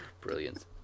Brilliant